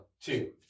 two